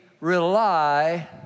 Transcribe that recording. rely